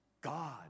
God